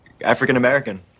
African-American